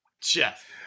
Jeff